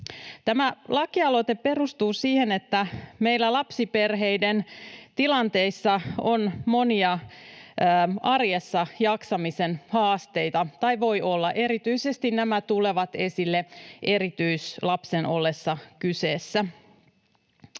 Tämä lakialoite perustuu siihen, että meillä lapsiperheiden tilanteissa voi olla monia arjessa jaksamisen haasteita, ja erityisesti nämä tulevat esille erityislapsen ollessa kyseessä.